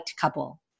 couple